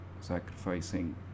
sacrificing